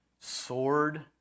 sword